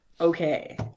Okay